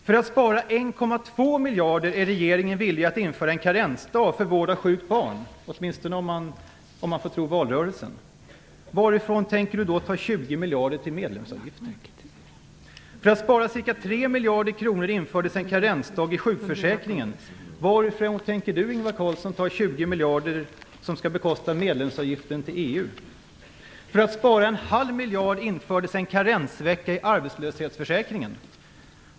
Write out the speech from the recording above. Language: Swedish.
För att spara 1,2 miljarder är regeringen villig att införa en karensdag för vård av sjukt barn, åtminstone om man får tro vad som sades i valrörelsen. Varifrån tänker Ingvar Carlsson då ta 20 miljarder till medlemsavgiften? För att spara ca 3 miljarder kronor infördes en karensdag i sjukförsäkringen. Varifrån tänker Ingvar Carlsson ta 20 miljarder som skall bekosta medlemsavgiften till EU? För att spara 0,5 miljard infördes en karensvecka i arbetslöshetsförsäkringen.